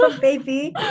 baby